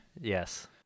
Yes